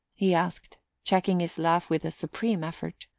he asked, checking his laugh with a supreme effort.